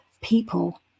people